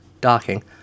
Docking